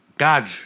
God